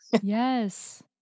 Yes